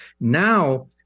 Now